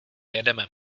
jedeme